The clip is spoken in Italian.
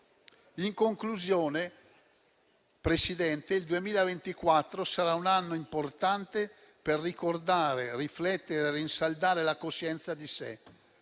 In conclusione, signor Presidente, il 2024 sarà un anno importante per ricordare, riflettere e rinsaldare la coscienza di sé.